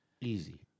Easy